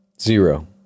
Zero